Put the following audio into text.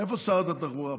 איפה שרת התחבורה?